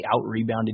out-rebounded